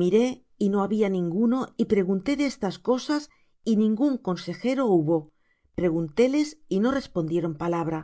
miré y no había ninguno y pregunté de estas cosas y ningún consejero hubo preguntéles y no respondieron palabra